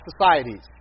societies